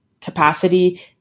capacity